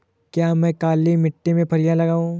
क्या मैं काली मिट्टी में फलियां लगाऊँ?